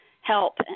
help